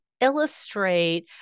illustrate